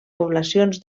poblacions